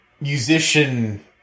musician